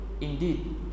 Indeed